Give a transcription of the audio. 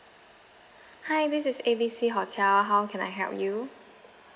hi this is A B C hotel how can I help you